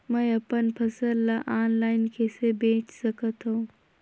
मैं अपन फसल ल ऑनलाइन कइसे बेच सकथव?